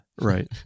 right